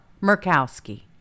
murkowski